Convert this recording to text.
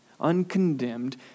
uncondemned